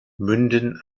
münden